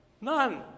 none